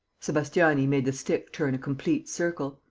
sebastiani made the stick turn a complete circle.